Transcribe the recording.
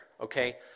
Okay